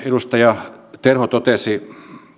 edustaja terho totesi